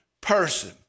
person